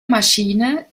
maschine